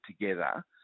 together